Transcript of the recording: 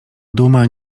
duma